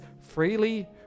freely